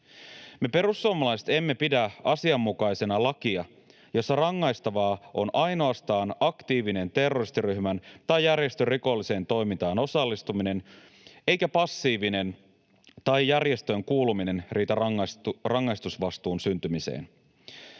Me perussuomalaiset emme pidä asianmukaisena lakia, jossa rangaistavaa on ainoastaan aktiivinen terroristiryhmän tai -järjestön rikolliseen toimintaan osallistuminen ja jossa passiivinen järjestöön kuuluminen ei riitä rangaistusvastuun syntymiseen.